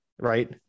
Right